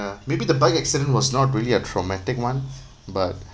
maybe the bike accident was not really a traumatic [one] but